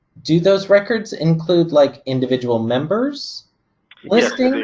do those records include like individual members listing?